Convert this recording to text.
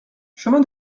chemin